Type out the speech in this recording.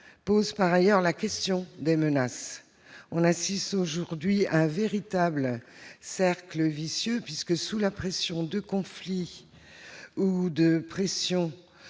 pose par ailleurs la question des menaces. On constate aujourd'hui un véritable cercle vicieux, puisque, du fait de conflits, de pressions